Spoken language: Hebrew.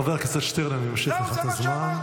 חבר הכנסת שטרן, אני ממשיך לך את הזמן.